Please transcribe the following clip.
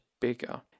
bigger